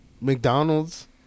McDonald's